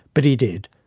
but he did,